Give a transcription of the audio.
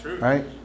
right